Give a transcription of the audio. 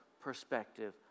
perspective